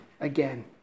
again